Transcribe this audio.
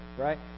right